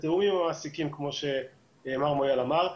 ובתיאום עם המעסיקים כמו שמר מויאל אמר,